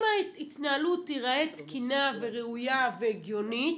אם ההתנהלות תיראה תקינה וראויה והגיונית,